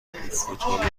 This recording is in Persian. فوتبال